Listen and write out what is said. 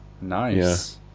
nice